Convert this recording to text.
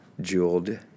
jeweled